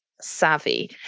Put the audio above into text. savvy